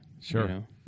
Sure